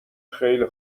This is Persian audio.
خیلی